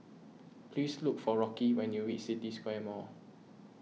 please look for Rocky when you reach City Square Mall